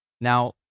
Now